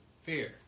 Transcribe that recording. fear